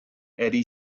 eddy